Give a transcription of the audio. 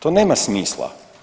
To nema smisla.